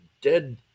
dead